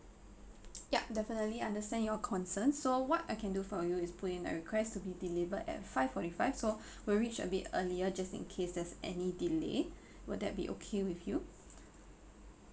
ya definitely understand your concern so what I can do for you is put in a request to be delivered at five forty five so we'll reach a bit earlier just in case there's any delay would that be okay with you